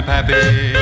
happy